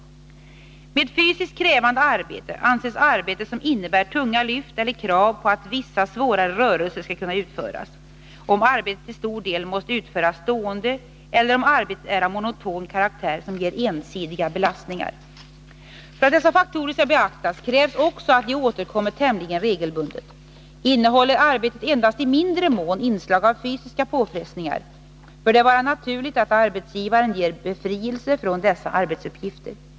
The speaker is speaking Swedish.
Med fysiskt krävande arbete anses arbete som innebär tunga lyft eller krav på att vissa svårare rörelser skall kunna utföras, om arbetet till stor del måste utföras stående eller om arbetet är av monoton karaktär som ger ensidiga belastningar. För att dessa faktorer skall beaktas krävs också att de återkommer tämligen regelbundet. Innehåller arbetet endast i mindre mån inslag av fysiska påfrestningar bör det vara naturligt att arbetsgivaren ger befrielse från dessa arbetsuppgifter.